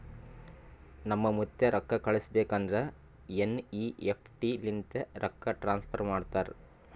ನಮ್ ಮುತ್ತ್ಯಾ ರೊಕ್ಕಾ ಕಳುಸ್ಬೇಕ್ ಅಂದುರ್ ಎನ್.ಈ.ಎಫ್.ಟಿ ಲಿಂತೆ ರೊಕ್ಕಾ ಟ್ರಾನ್ಸಫರ್ ಮಾಡ್ತಾರ್